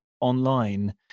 online